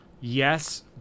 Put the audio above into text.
Yes